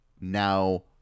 now